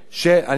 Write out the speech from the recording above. אני אביא.